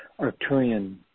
Arcturian